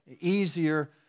easier